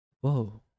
Whoa